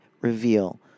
reveal